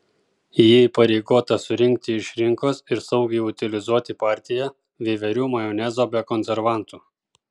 ji įpareigota surinkti iš rinkos ir saugiai utilizuoti partiją veiverių majonezo be konservantų